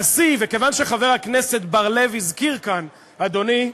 והשיא, וכיוון שחבר הכנסת בר-לב הזכיר כאן, אדוני,